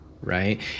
right